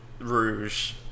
Rouge